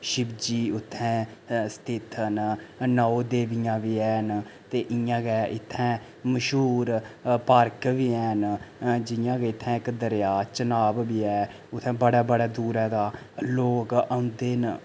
शिवजी उत्थें स्थित न नौ देवियां बी हैन ते इंया गै इत्थें मश्हूर पार्क बी हैन जियां कि इत्थें इक्क दरेआ चनाव बी ऐ उत्थें बड़े बड़े दूरै दा लोक औंदे न